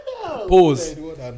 Pause